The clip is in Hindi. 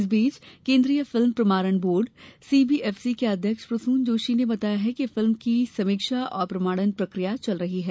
इस बीच केंद्रीय फिल्म प्रमाणन बोर्ड सीबीएफसी के अध्यक्ष प्रसून जोशी ने बताया है कि फिल्म की समीक्षा और प्रमाणन प्रक्रिया चल रही है